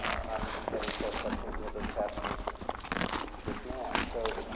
i'm getting choked up thinking of those passages just just now, so,